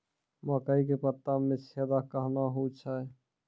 मकई के पत्ता मे छेदा कहना हु छ?